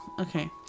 Okay